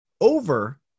over